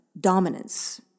dominance